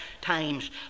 times